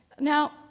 Now